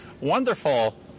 wonderful